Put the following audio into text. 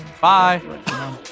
Bye